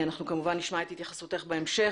אנחנו כמובן נשמע את התייחסותך בהמשך.